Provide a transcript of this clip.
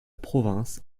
province